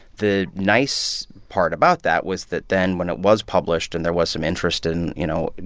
the nice part about that was that then when it was published and there was some interest in, you know,